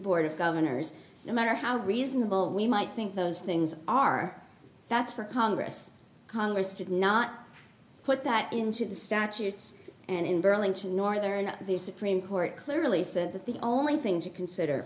board of governors no matter how reasonable we might think those things are that's for congress congress did not put that into the statutes and in burlington northern the supreme court clearly said that the only thing to consider